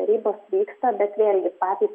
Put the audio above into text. derybos vyksta bet vėlgi patys